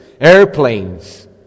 airplanes